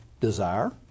desire